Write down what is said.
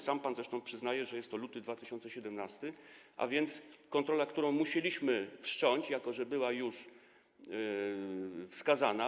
Sam pan zresztą przyznaje, że jest to luty 2017 r., a więc jest to kontrola, którą musieliśmy wszcząć, jako że była już wskazana.